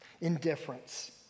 Indifference